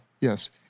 Yes